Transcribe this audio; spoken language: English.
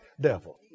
devil